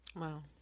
Wow